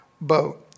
boat